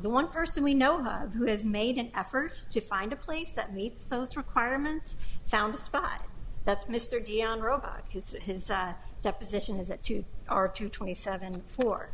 the one person we know who has made an effort to find a place that meets those requirements found a spot that's mr dion robot has his deposition is it two are two twenty seven four